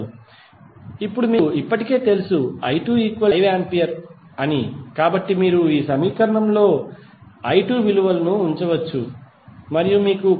ఇప్పుడుమీకు ఇప్పటికే తెలుసు i2 5 ampere అని కాబట్టి మీరు ఈ సమీకరణంలో i2 విలువను ఉంచవచ్చు మరియు మీకు కరెంట్ i1 2A